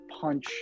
punch